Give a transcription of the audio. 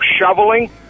shoveling